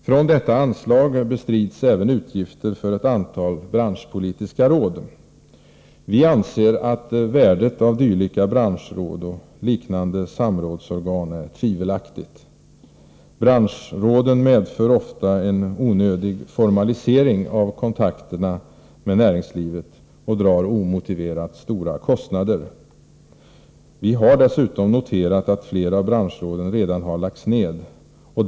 Från detta anslag bestrids även utgifter för ett antal branschpolitiska råd. Vi anser att värdet av dylika branschråd och liknande samrådsorgan är tvivelaktigt. Branschråden medför ofta en onödig formalisering av kontakterna med näringslivet och drar omotiverat stora kostnader. Vi har dessutom noterat att flera av branschråden redan har lagts ned.